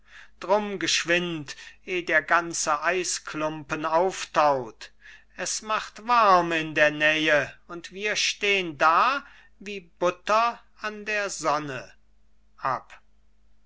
drum geschwind eh der ganze eisklumpen auftaut es macht warm in der nähe und wir stehn da wie butter an der sonne